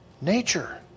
nature